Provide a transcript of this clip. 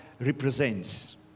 represents